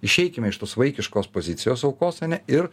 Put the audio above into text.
išeikime iš tos vaikiškos pozicijos aukos ane ir